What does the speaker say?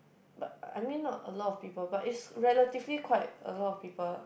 but I mean not a lot of people but is relatively quite a lot of people